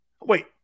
Wait